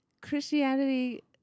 Christianity